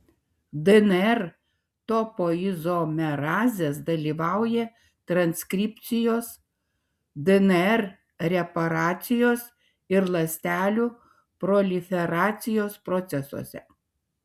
dnr topoizomerazės dalyvauja transkripcijos dnr reparacijos ir ląstelių proliferacijos procesuose